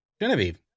genevieve